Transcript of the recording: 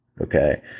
Okay